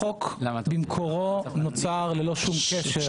החוק במקורו נוצר ללא שום קשר.